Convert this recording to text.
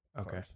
Okay